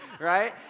right